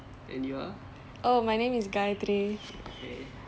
oh my name is gayathri